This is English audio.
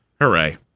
Hooray